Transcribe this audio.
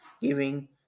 giving